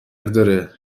داره